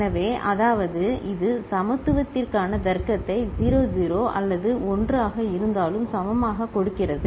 எனவே அதாவது இது சமத்துவத்திற்கான தர்க்கத்தை 0 0 அல்லது 1 ஆக இருந்தாலும் சமமாகக் கொடுக்கிறது